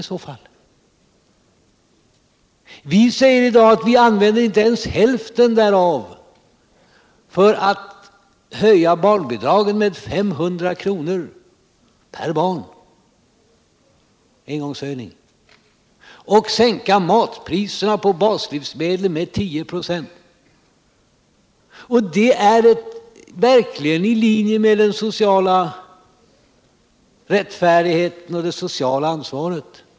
Vi vill i dagens läge använda inte ens hälften därav för att göra en engångshöjning av barnbidraget med 500 kr. per barn och sänka matpriserna på baslivsmedel med 10 96. Det är i linje med den sociala rättfärdigheten och det sociala ansvaret.